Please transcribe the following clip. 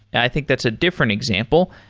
i think that's a different example.